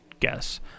guess